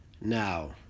Now